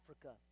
Africa